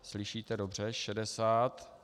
Slyšíte dobře, 60.